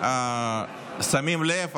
שמים לב,